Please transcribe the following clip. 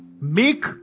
Make